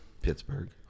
Pittsburgh